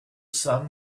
sun